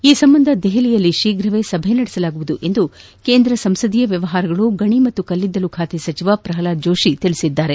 ಈ ಸಂಬಂಧ ದೆಹಲಿಯಲ್ಲಿ ಶೀಘವೇ ಸಭೆ ನಡೆಸಲಾಗುವುದು ಎಂದು ಕೇಂದ್ರ ಸಂಸದೀಯ ವ್ಯವಹಾರಗಳು ಗಣಿ ಮತ್ತು ಕಲ್ಲಿದ್ದಲು ಖಾತೆ ಸಚಿವ ಪ್ರಲ್ನಾದ್ ಜೋಷಿ ತಿಳಿಸಿದ್ದಾರೆ